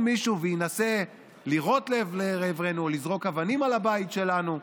מישהו וינסה לירות לעברנו או לזרוק אבנים על הבית שלנו.